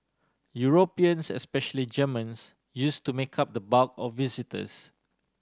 Europeans especially Germans used to make up the bulk of visitors